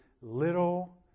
little